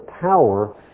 power